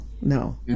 no